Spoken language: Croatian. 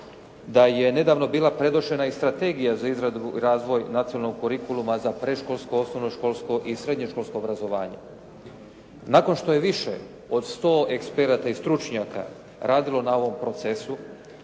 da je nedavno bila predočena i strategija za izradu, razvoj nacionalnog kurikuluma za predškolsko, osnovnoškolsko i srednjoškolsko obrazovanje. Nakon što je više od sto eksperata i stručnjaka radilo na ovom procesu